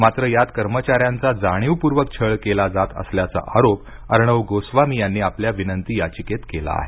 मात्र यात कर्मचाऱ्यांचा जाणीवपूर्वक छळ केला जात असल्याचा आरोप अर्णब गोस्वामी यांनी आपल्या विनंती याचिकेत केला आहे